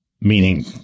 Meaning